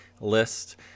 list